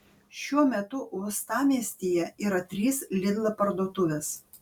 šiuo metu uostamiestyje yra trys lidl parduotuvės